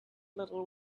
little